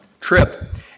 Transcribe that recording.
trip